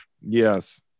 Yes